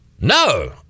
No